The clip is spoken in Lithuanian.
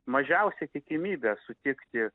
mažiausia tikimybė sutikti